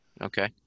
Okay